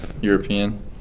European